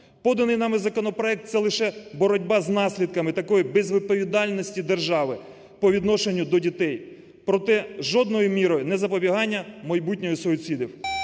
Поданий нами законопроект – це лише боротьба з наслідками такої безвідповідальності держави по відношенню до дітей, проте жодною мірою не запобігання майбутнього суїциду.